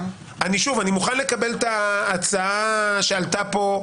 אני מוכן לקבל את ההצעה שאמרה: